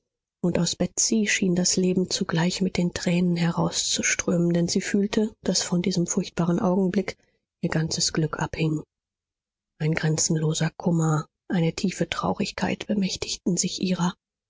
und aus betsy schien das leben zugleich mit den tränen herauszuströmen denn sie fühlte daß von diesem furchtbaren augenblick ihr ganzes glück abhing ein grenzenloser kummer eine tiefe traurigkeit bemächtigten sich ihrer